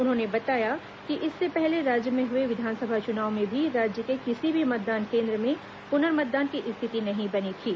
उन्होंने बताया कि इससे पहले राज्य में हुए विधानसभा चुनाव में भी राज्य के किसी भी मतदान कोन्द्र में पुनर्मतदान की स्थिति नहीं बनी थी